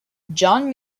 john